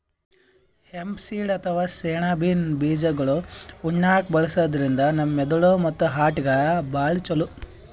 hemp seed ಅಥವಾ ಸೆಣಬಿನ್ ಬೀಜಾಗೋಳ್ ಉಣ್ಣಾಕ್ಕ್ ಬಳಸದ್ರಿನ್ದ ನಮ್ ಮೆದಳ್ ಮತ್ತ್ ಹಾರ್ಟ್ಗಾ ಭಾಳ್ ಛಲೋ